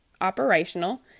operational